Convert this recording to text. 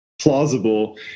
plausible